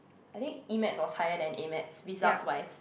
I think e-maths was higher than a-maths results wise